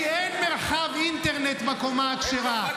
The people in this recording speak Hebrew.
כי אין מרחב אינטרנט בקומה הכשרה.